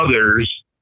others